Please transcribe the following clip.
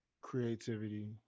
creativity